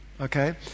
Okay